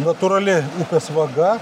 natūrali upės vaga